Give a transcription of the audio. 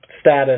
status